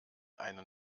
einen